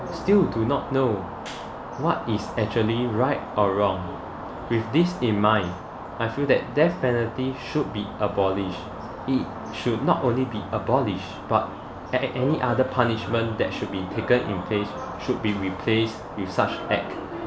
still do not know what is actually right or wrong with this in mind I feel that death penalty should be abolished it should not only be abolished but at any other punishment that should be taken in place should be replaced with such act